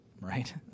right